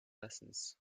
lessons